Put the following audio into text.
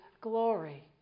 glory